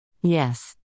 Yes